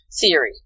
theory